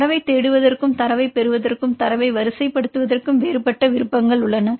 தரவைத் தேடுவதற்கும் தரவைப் பெறுவதற்கும் தரவை வரிசைப்படுத்துவதற்கும் வேறுபட்ட விருப்பங்கள் உள்ளன